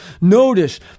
Notice